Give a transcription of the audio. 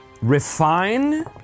Refine